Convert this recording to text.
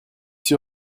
sûr